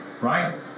Right